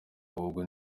ahubwo